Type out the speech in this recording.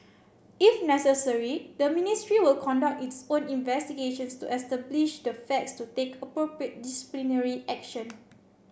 if necessary the Ministry will conduct its own investigations to establish the facts to take appropriate disciplinary action